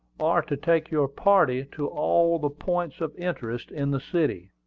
or to take your party to all the points of interest in the city.